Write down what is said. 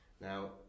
Now